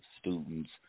students